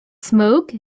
smoke